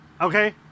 okay